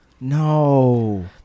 No